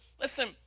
listen